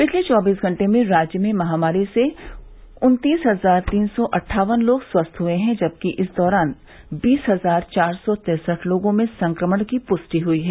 पिछले चौबीस घंटों में राज्य में महामारी से उन्तीस हजार तीन सौ अट्ठावन लोग स्वस्थ हुए हैं जबकि इस दौरान बीस हजार चार सौ तिरसठ लोगों में संक्रमण की पुष्टि हुयी है